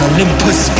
Olympus